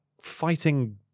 fighting